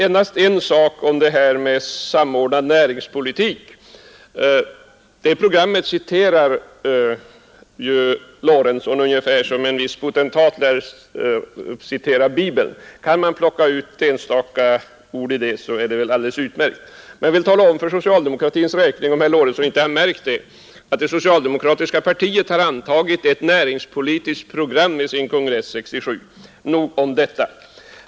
Endast en sak om det här med samordnad näringspolitik. Det programmet citerar herr Lorentzon ungefär som en viss potentat citerar bibeln. Att plocka ut enstaka ord går naturligtvis utmärkt. Men jag vill tala om, för socialdemokratins räkning, om herr Lorentzon inte har märkt det, att det socialdemokratiska partiet har antagit ett näringspolitiskt program vid sin kongress 1967. Nog om detta.